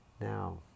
Now